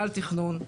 כמינהל התכנון,